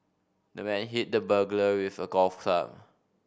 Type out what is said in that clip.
the man hit the burglar with a golf club